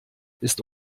ist